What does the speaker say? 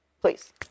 Please